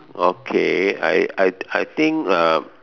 okay I I I think uh